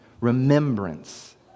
Remembrance